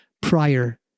prior